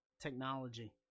technology